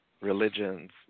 religions